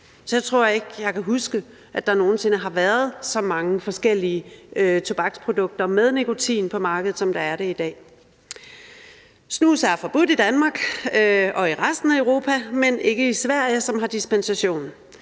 Så jeg tror ikke, jeg kan huske, at der nogen sinde har været så mange forskellige tobaksprodukter med nikotin på markedet, som der er det i dag. Snus er forbudt i Danmark og i resten af Europa, men ikke i Sverige, som har dispensation.